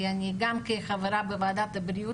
אני רוצה להעלות את זה גם כחברה בוועדת הבריאות,